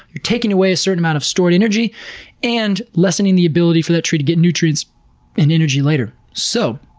you're taking away a certain amount of stored energy and lessening the ability for that tree to get nutrients and energy later. so